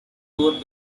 poor